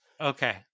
Okay